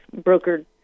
brokered